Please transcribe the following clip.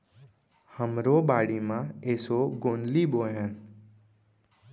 हमरो बाड़ी म एसो गोंदली बोए हन